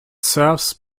serves